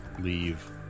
leave